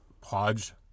Podge